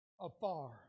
afar